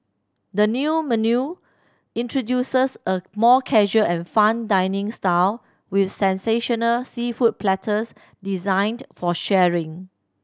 the new menu introduces a more casual and fun dining style with sensational seafood platters designed for sharing